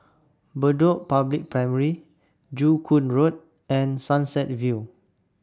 Bedok Public Library Joo Koon Road and Sunset View